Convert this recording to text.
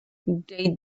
they